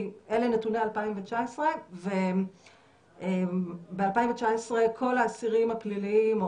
אלה נתוני 2019 וב-2019 כל האסירים הפליליים,